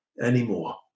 anymore